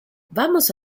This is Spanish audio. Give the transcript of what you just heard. vamos